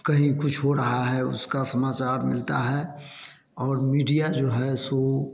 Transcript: कहीं कुछ हो रहा है उसका समाचार मिलता है और मीडिया जो है सो